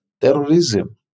terrorism